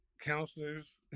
counselors